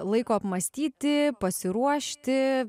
laiko apmąstyti pasiruošti